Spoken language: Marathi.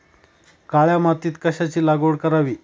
काळ्या मातीत कशाची लागवड करावी?